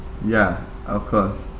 ya of course